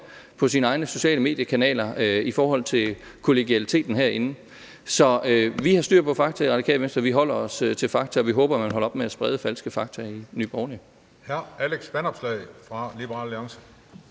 på sine egne sociale mediekanaler i forhold til kollegialiteten herinde. Så vi har styr på fakta i Radikale Venstre. Vi holder os til fakta, og vi håber, man holder op med at sprede falske fakta i Nye Borgerlige.